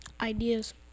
Ideas